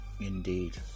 Indeed